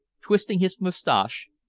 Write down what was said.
twisting his mustache,